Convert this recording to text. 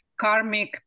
karmic